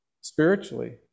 spiritually